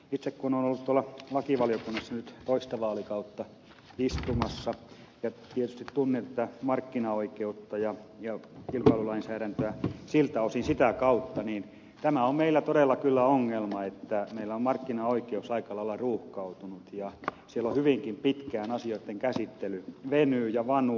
itse kun olen ollut lakivaliokunnassa nyt toista vaalikautta istumassa ja tietysti tunnen tätä markkinaoikeutta ja kilpailulainsäädäntöä siltä osin sitä kautta niin tämä on meillä todella kyllä ongelma että meillä on markkinaoikeus aika lailla ruuhkautunut ja siellä hyvinkin pitkään asioitten käsittely venyy ja vanuu